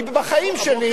אני בחיים שלי,